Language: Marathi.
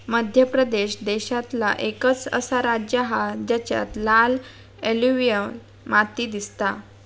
मध्य प्रदेश देशांतला एकंच असा राज्य हा जेच्यात लाल एलुवियल माती दिसता